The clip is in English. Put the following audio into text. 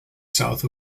south